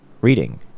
reading